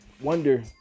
wonder